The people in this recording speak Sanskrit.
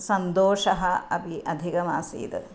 सन्तोषः अपि अधिकमासीत्